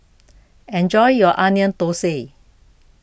enjoy your Onion Thosai